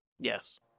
Yes